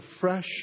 fresh